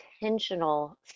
intentional